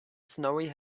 snowy